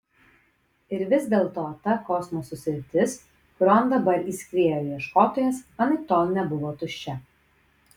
ir vis dėlto ta kosmoso sritis kurion dabar įskriejo ieškotojas anaiptol nebuvo tuščia